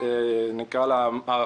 שאלתי לגבי האירוע